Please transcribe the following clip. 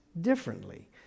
differently